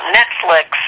Netflix